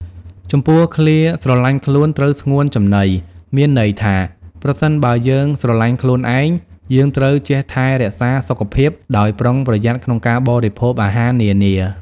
ចំពោះឃ្លា ស្រឡាញ់ខ្លួន ត្រូវស្ងួនចំណី មានន័យថា ប្រសិនបើយើងស្រឡាញ់ខ្លួនឯង យើងត្រូវចេះថែរក្សាសុខភាពដោយប្រុងប្រយ័ត្នក្នុងការបរិភោគអាហារនានា។